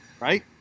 right